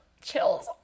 chills